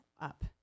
up